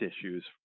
issues